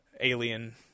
alien